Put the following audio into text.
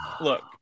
look